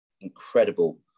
incredible